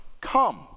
come